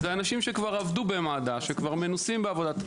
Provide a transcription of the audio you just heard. זה אנשים שכבר עבדו במד"א ומנוסים בעבודה.